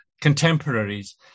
contemporaries